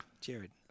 Jared